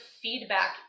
feedback